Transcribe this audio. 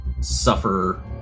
suffer